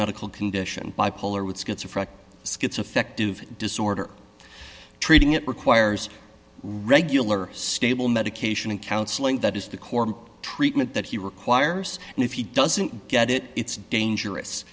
medical condition bipolar with schizophrenia schizoaffective disorder treating it requires regular stable medication and counseling that is the course of treatment that he requires and if he doesn't get it it's dangerous